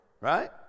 right